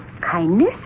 Kindness